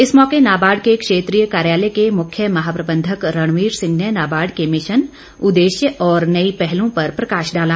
इस मौके नाबार्ड के क्षेत्रीय कार्यालय के मुख्य महाप्रबंधक रणबीर सिंह ने नाबार्ड के मिशन उद्देश्य और नई पहलों पर प्रकाश डाला